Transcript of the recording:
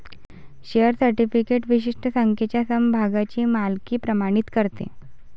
share certificate विशिष्ट संख्येच्या समभागांची मालकी प्रमाणित करते